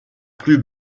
plus